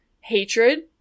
hatred